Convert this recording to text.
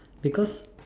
because